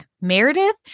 Meredith